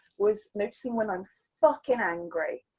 was noticing when i'm fucking angry,